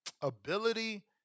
ability